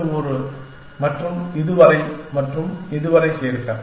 இந்த ஒரு மற்றும் இதுவரை மற்றும் இதுவரை சேர்க்க